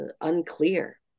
unclear